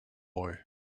boy